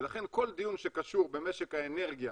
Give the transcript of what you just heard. ולכן כל דיון שקשור במשק האנרגיה